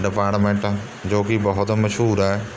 department ਜੋ ਕਿ ਬਹੁਤ ਮਸ਼ਹੂਰ ਹੈ